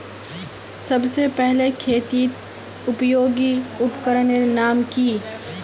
सबसे पहले खेतीत उपयोगी उपकरनेर नाम की?